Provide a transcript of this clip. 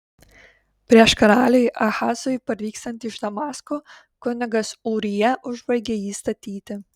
prieš karaliui ahazui parvykstant iš damasko kunigas ūrija užbaigė jį statyti